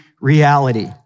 reality